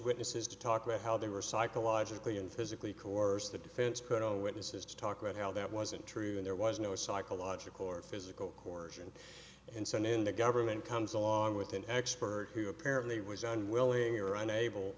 witnesses to talk about how they were psychologically and physically course the defense could all witnesses to talk about how that wasn't true and there was no psychological or physical course and and so on in the government comes along with an expert who apparently was on willing or unable